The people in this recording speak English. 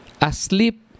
Asleep